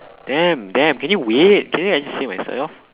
damn damn can you wait can you actually say myself